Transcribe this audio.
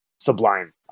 Sublime